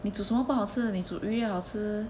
你煮什么不好吃你煮鱼也好吃